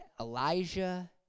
Elijah